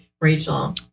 Rachel